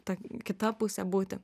ta kita pusė būti